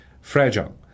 fragile